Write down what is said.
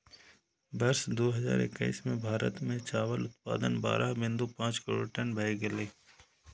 वर्ष दू हजार एक्कैस मे भारत मे चावल उत्पादन बारह बिंदु पांच करोड़ टन भए गेलै